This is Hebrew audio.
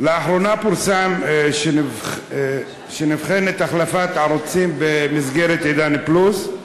לאחרונה פורסם שנבחנת החלפת ערוצים במסגרת "עידן פלוס",